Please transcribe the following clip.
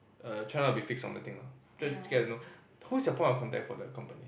err try not to be fix on the thing lah just get to know who's your point of contact for the company